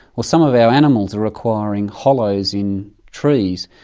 well, some of our animals are requiring hollows in trees,